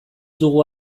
dugu